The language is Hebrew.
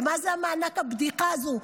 מה זה מענק הבדיחה הזה?